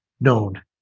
known